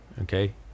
Okay